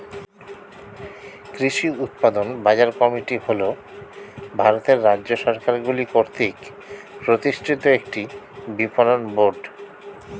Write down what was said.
কৃষি উৎপাদন বাজার কমিটি হল ভারতের রাজ্য সরকারগুলি কর্তৃক প্রতিষ্ঠিত একটি বিপণন বোর্ড